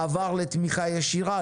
מעבר לתמיכה ישירה.